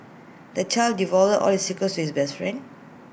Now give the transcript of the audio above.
the child divulged all his secrets to his best friend